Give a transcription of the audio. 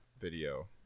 video